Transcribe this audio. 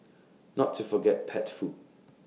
not to forget pet food